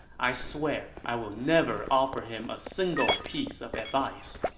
i swear i will never offer him a single piece of advice.